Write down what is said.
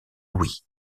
louis